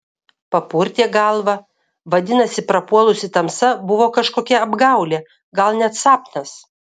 papurtė galvą vadinasi prapuolusi tamsa buvo kažkokia apgaulė gal net sapnas